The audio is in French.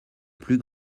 plus